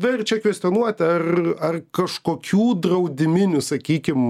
verčia kvestionuoti ar ar kažkokių draudiminių sakykim